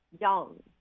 young